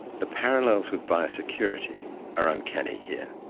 the parallels with biosecurity are uncanny here.